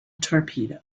torpedo